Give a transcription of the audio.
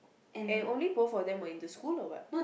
and only both of them were in the school or what